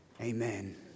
Amen